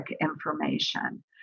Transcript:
information